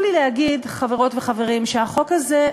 כמובן בכל דבר.